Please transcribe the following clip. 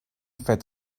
fet